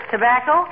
Tobacco